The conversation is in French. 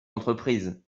entreprises